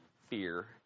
fear